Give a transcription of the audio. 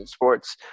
sports